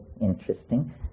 interesting